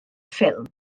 ffilm